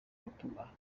gutuma